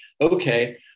okay